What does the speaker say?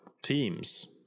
Teams